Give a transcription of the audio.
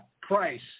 price